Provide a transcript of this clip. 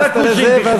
אני לא מדבר על הכושים.